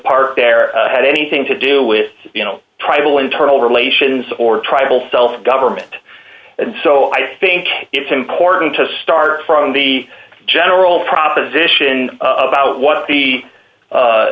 parked there had anything to do with you know tribal internal relations or tribal self government and so i think it's important to start from the general proposition about what the